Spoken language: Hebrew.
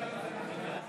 מצביעה פטין מולא,